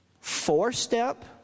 four-step